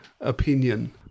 opinion